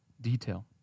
detail